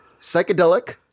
psychedelic